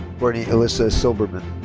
courtney elyssa silberman.